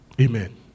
Amen